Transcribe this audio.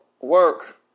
work